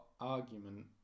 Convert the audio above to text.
argument